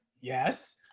yes